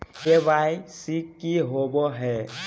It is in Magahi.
के.वाई.सी की होबो है?